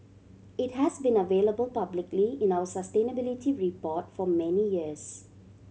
it has been available publicly in our sustainability report for many years